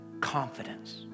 confidence